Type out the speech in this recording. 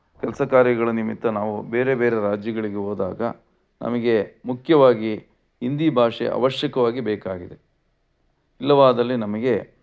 ಕೆಲಸ ಕಾರ್ಯಗಳ ನಿಮಿತ್ತ ನಾವು ಬೇರೆ ಬೇರೆ ರಾಜ್ಯಗಳಿಗೆ ಹೋದಾಗ ನಮಗೆ ಮುಖ್ಯವಾಗಿ ಹಿಂದಿ ಭಾಷೆ ಅವಶ್ಯಕವಾಗಿ ಬೇಕಾಗಿದೆ ಇಲ್ಲವಾದಲ್ಲಿ ನಮಗೆ